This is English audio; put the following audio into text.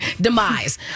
demise